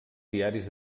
diaris